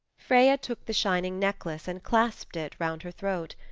freya took the shining necklace and clasped it round her throat.